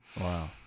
Wow